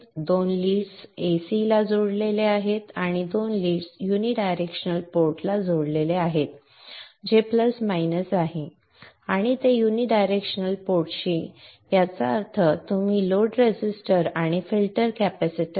तर २ leads ac ला जोडलेले आहेत आणि २ लीड्स युनिडायरेक्शनल पोर्ट ला जोडलेले आहेत जे प्लस मायनस आहे आणि त्या युनिडायरेक्शनल पोर्ट शी याचा अर्थ आपण लोड रेझिस्टर आणि फिल्टर कॅपेसिटरfilter capacitor